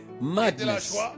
madness